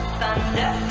thunder